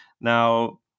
Now